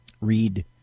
read